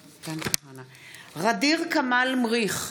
בעד ע'דיר כמאל מריח,